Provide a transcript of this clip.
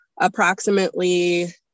approximately